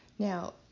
Now